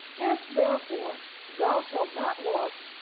if therefore thou shalt not watch,